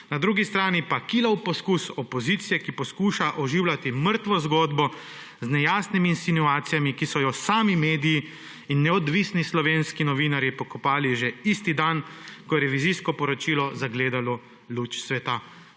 Na drugi strani pa kilav poskus opozicije, ki poskuša oživljati mrtvo zgodbo z nejasnimi insinuacijami, ki so jo sami mediji in neodvisni slovenski novinarji pokopali že isti dan, ko je revizijsko poročilo zagledalo luč sveta.